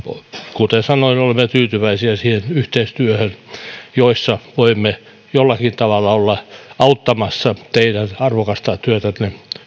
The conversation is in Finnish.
kuten sanoin olemme tyytyväisiä siihen yhteistyöhön jonka puitteissa voimme jollakin tavalla olla auttamassa teidän arvokasta työtänne